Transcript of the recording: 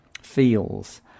feels